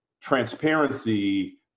transparency